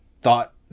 thought